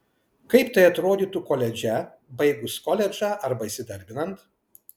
kaip tai atrodytų koledže baigus koledžą arba įsidarbinant